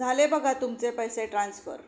झाले बघा तुमचे पैसे ट्रान्स्फर